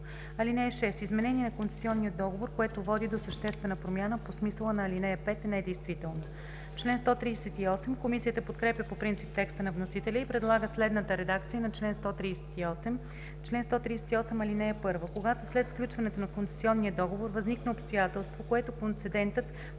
(6) Изменение на концесионния договор, което води до съществена промяна по смисъла на ал. 5, е недействително.“ Комисията подкрепя по принцип текста на вносителя и предлага следната редакция на чл. 138: „Чл. 138. (1) Когато след сключването на концесионния договор възникне обстоятелство, което концедентът